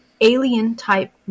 alien-type